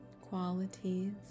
Qualities